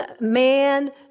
man